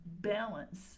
balance